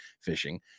fishing